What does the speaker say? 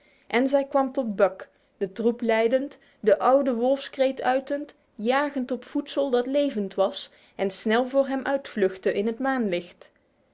en zij kwam tot buck de troep leidend de oude wolfskreet uitend jagend op voedsel dat levend was en snel voor hem uit vluchtte in het